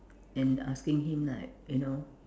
and asking him like you know